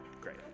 Great